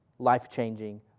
life-changing